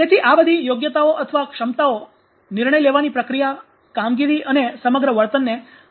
તેથી આ બધી યોગ્યતાઓ અથવા ક્ષમતાઓ નિર્ણય લેવાની પ્રક્રિયા કામગીરી અને સમગ્ર વર્તનને અસર કરે છે